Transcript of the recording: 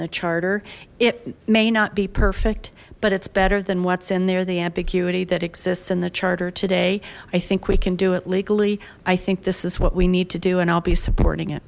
the charter it may not be perfect but it's better than what's in there the ambiguity that exists in the charter today i think we can do it legally i think this is what we need to do and i'll be supporting it